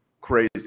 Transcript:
crazy